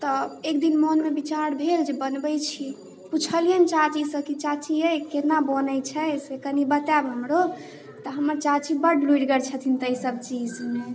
तऽ एकदिन मोनमे विचार भेल जे बनबै छी पुछलिअनि चाचीसँ कि चाची अइ कोना बनै छै से कनी बताएब हमरो तऽ हमर चाची बड़ लुरिगर छथिन ताहि सब चीजमे